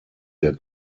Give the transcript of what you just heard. der